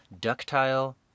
ductile